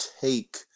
take